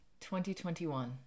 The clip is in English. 2021